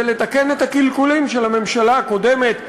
לתקן את הקלקולים של הממשלה הקודמת,